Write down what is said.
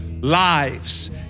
lives